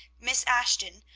miss ashton,